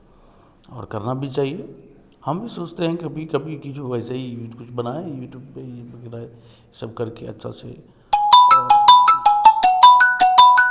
और करना भी चाहिए हम भी सोचते हैं कभी कभी की जो वैसे ही यूटूब कुछ बनाए यूटूब पर यह वगैरह सब करके अच्छा से